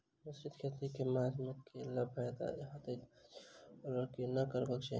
मिश्रित खेती केँ मास मे कैला सँ फायदा हएत अछि आओर केना करबाक चाहि?